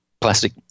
plastic